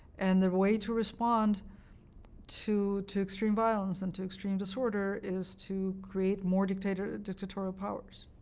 and the way to respond to to extreme violence and to extreme disorder is to create more dictatorial dictatorial powers.